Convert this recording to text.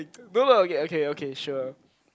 no lah okay okay okay sure